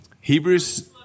Hebrews